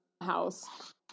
house